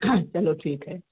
चलो ठीक है